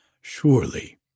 Surely